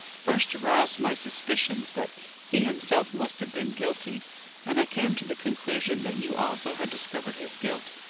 first aroused my suspicions that he himself must have been guilty and i came to the conclusion that you also had discovered his guilt,